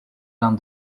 down